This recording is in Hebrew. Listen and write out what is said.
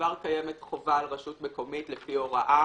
כבר קיימת חובה על רשות מקומית לפי הוראה